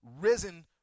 risen